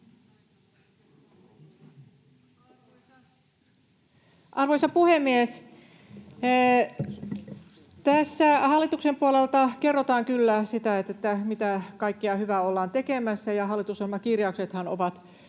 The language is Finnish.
Arvoisa puhemies! Tässä hallituksen puolelta kerrotaan kyllä sitä, mitä kaikkea hyvää ollaan tekemässä, ja hallitusohjelmakirjauksethan ovat